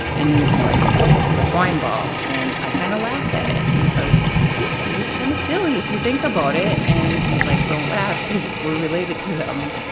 and he's like, it's the twine ball. and i kind of laughed at it, because it is kind of silly if you think about it. and he's like, don't laugh, because we're related to them.